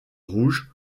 rouge